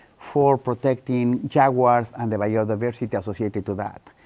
for protecting jaguars and the biodiversity associated to that.